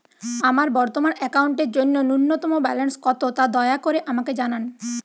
আমার বর্তমান অ্যাকাউন্টের জন্য ন্যূনতম ব্যালেন্স কত তা দয়া করে আমাকে জানান